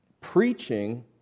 Preaching